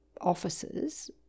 officers